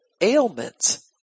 ailments